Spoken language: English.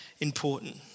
important